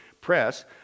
Press